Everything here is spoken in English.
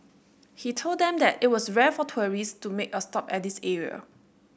he told them that it was rare for tourists to make a stop at this area